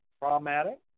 problematic